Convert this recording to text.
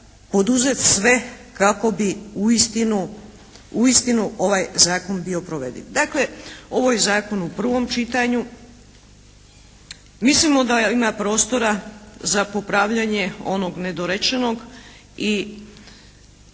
poduzeti sve kako bi uistinu ovaj zakon bio provediv. Dakle, ovo je zakon u prvom čitanju. Mislimo da ima prostora za popravljanje onog nedorečenog i